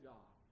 God